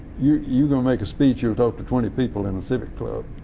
you're you're going to make a speech, you'll talk to twenty people in a civic club,